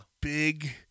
Big